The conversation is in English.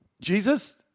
Jesus